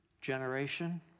generation